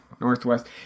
northwest